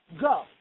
go